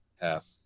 half